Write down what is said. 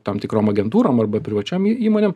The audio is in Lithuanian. tam tikrom agentūrom arba privačiom įmonėm